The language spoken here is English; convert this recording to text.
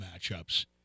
matchups